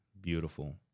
beautiful